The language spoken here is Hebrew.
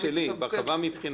הרחבה מבחינתי.